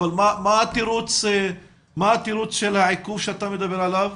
אבל מהו התירוץ של העיכוב שאתה מדבר עליו,